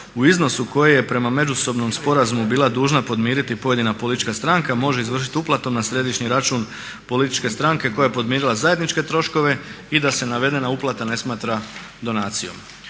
u iznosu koji je prema međusobnom sporazumu bila dužna podmiriti pojedina politička stranka može izvršiti uplatom na središnji račun političke stranke koja je podmirila zajedničke troškove i da se navedena uplata na smatra donacijom.